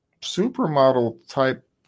supermodel-type